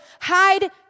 Hide